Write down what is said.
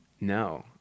no